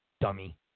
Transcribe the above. dummy